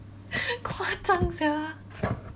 夸张 sia